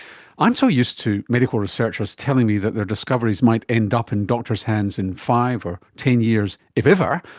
i'm so used to medical researchers telling me that their discoveries might end up in doctors' hands in five or ten years, if ever,